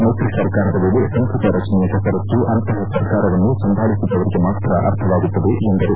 ಮೈತ್ರಿ ಸರ್ಕಾರದ ವೇಳೆ ಸಂಪುಟ ರಚನೆಯ ಕಸರತ್ತು ಅಂತಪ ಸರ್ಕಾರವನ್ನು ಸಂಭಾಳಿಬಿದವರಿಗೆ ಮಾತ್ರ ಅರ್ಥವಾಗುತ್ತದೆ ಎಂದರು